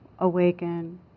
Awaken